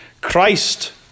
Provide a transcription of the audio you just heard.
Christ